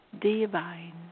divine